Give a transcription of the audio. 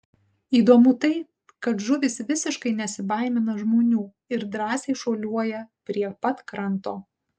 įdomu tai kad žuvys visiškai nesibaimina žmonių ir drąsiai šuoliuoja prie pat kranto